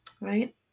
right